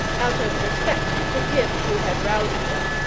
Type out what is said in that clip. out of respect to him who had roused them.